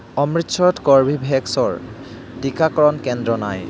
অমৃতসৰত কৰ্বীভেক্সৰ টিকাকৰণ কেন্দ্ৰ নাই